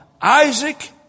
Isaac